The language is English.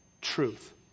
Truth